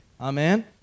Amen